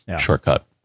shortcut